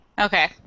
Okay